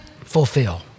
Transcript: fulfill